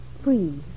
free